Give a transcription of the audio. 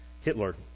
Hitler